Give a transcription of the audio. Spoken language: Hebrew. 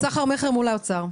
סחר מכר מול האוצר.